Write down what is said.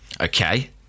Okay